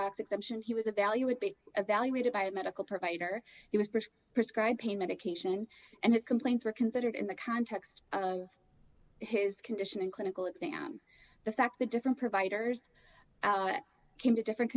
box exception he was a value would be evaluated by a medical provider he was pushed prescribe pain medication and his complaints were considered in the context of his condition in clinical exam the fact that different providers came to different